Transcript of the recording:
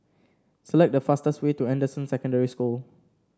select the fastest way to Anderson Secondary School